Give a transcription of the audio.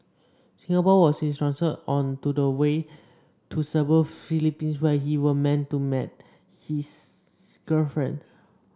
Singapore was his transit on to the way to Cebu Philippines where he was meant to meet his girlfriend